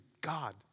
God